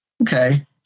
Okay